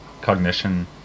cognition